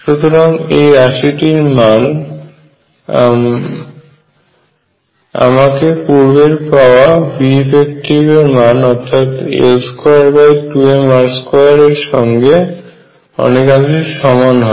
সুতরাং এই রাশিটির মান আমাদের পূর্বের পাওয়া veff এর মান অর্থাৎ l22mr2 এর সঙ্গে অনেকাংশে সমান হয়